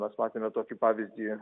mes matėme tokį pavyzdį